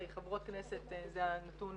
חברות כנסת, זה הנתון